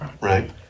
Right